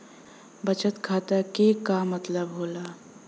बचत खाता के का मतलब होला?